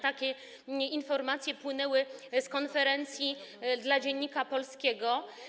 Takie informacje płynęły z konferencji dla „Dziennika Polskiego”